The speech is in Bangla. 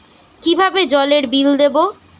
কিভাবে জলের বিল দেবো?